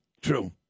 True